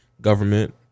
government